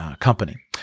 company